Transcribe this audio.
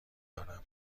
دارم